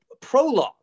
prologue